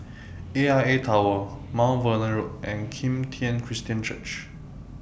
AIA Tower Mount Vernon Road and Kim Tian Christian Church